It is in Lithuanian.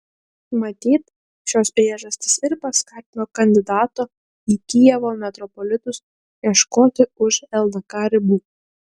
matyt šios priežastys ir paskatino kandidato į kijevo metropolitus ieškoti už ldk ribų